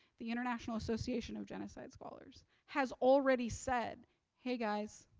the international association of genocide scholars, has already said hey guys,